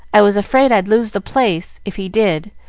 i was afraid i'd lose the place if he did,